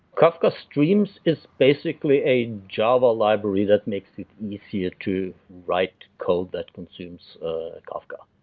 kafka streams is basically a java library that makes it easier to write code that consumes kafka.